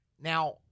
Now